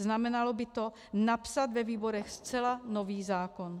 Znamenalo by to napsat ve výborech zcela nový zákon.